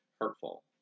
hurtful